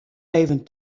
even